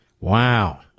Wow